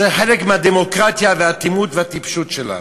זה חלק מהדמוקרטיה, והאטימות והטיפשות שלנו.